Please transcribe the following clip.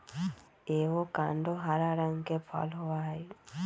avocado हरा रंग के फल होबा हई